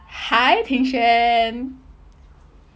hi ding xuan